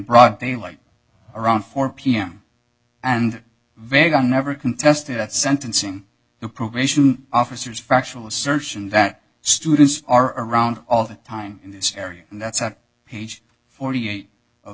broad daylight around four pm and vegan never contested at sentencing the program officers factual assertion that students are around all the time in this area and that's at page forty eight of